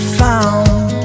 found